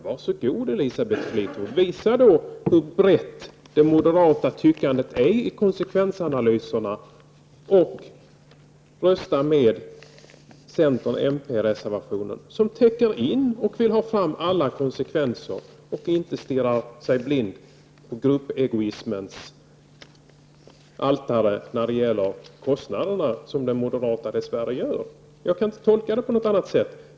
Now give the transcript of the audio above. Var så god, Elisabeth Fleetwood, visa hur brett det moderata tyckandet är i konsekvensanalyserna och rösta med center och miljöpartireservationen, som täcker in och vill ha fram alla konsekvenser och inte stirrar sig blind på gruppegoismens altare när det gäller kostnaderna, vilket den moderata reservationen dess värre gör. Jag kan inte tolka det på annat sätt.